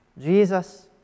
Jesus